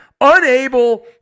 unable